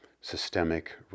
systemic